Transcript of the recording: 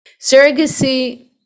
Surrogacy